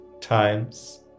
times